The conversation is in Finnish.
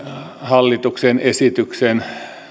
hallituksen esityksen